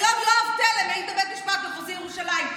היום יואב תלם העיד בבית המשפט המחוזי ירושלים,